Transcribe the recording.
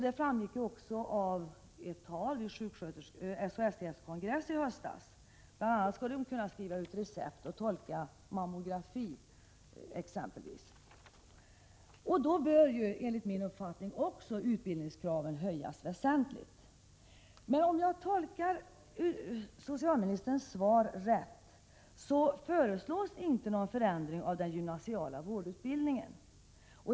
Det framgick också av ett tal vid SHSTF:s kongress i höstas. Bl.a. skulle de kunna skriva ut recept och tolka röntgenplåtar från mammografi. Då bör enligt min uppfattning också utbildningskraven höjas väsentligt. Om jag tolkar socialministerns svar rätt föreslås inte någon förändring av den gymnasiala vårdutbildningen.